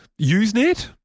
Usenet